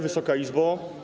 Wysoka Izbo!